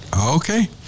Okay